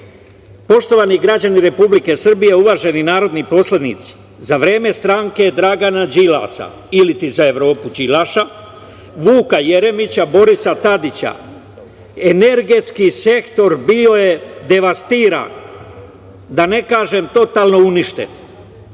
potrebno. Poštovani građani Republike Srbije, uvaženi narodni poslanici, za vreme stranke Dragana Đilasa ili za Evropu „Đilaša“, Vuka Jeremića, Borisa Tadića, energetski sektor bio je devastiran, da ne kažem totalno uništen.